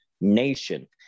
nation